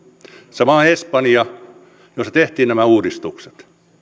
samoin espanja jossa tehtiin nämä uudistukset